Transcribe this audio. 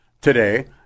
today